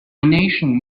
donation